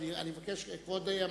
כבוד המזכיר,